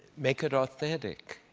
make it authentic.